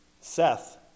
Seth